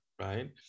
right